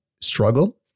struggle